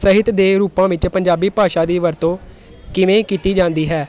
ਸਾਹਿਤ ਦੇ ਰੂਪਾਂ ਵਿੱਚ ਪੰਜਾਬੀ ਭਾਸ਼ਾ ਦੀ ਵਰਤੋਂ ਕਿਵੇਂ ਕੀਤੀ ਜਾਂਦੀ ਹੈ